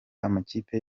amakipe